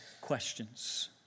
questions